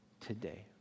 Today